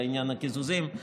בעניין הקיזוזים.